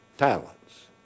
talents